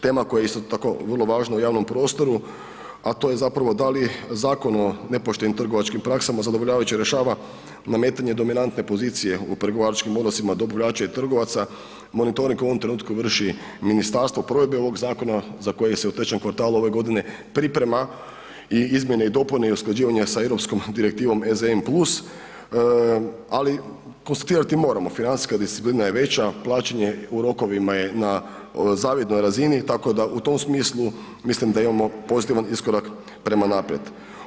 Tema koja je isto tako vrlo važna u javnom prostoru, a to je zapravo da li Zakon o nepoštenim trgovačkim praksama zadovoljavajuće rješava nametanje dominantne pozicije u pregovaračkim odnosima dobavljača i trgovaca, monitoring u ovom trenutku vrši ministarstvo provedbe ovog zakona za koje se u trećem kvartalu ove godine priprema i izmjene i dopune i usklađivanja sa Europskom direktivom ECN+, ali konstatirati moramo, financijska disciplina je veća, plaćanje u rokovima je na zavidnoj razini tako da u tom smislu mislim da imamo pozitivan iskorak prema naprijed.